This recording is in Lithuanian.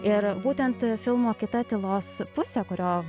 ir būtent filmo kita tylos pusė kurio